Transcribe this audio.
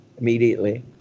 immediately